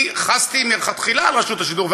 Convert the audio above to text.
אני חסתי מלכתחילה על רשות השידור,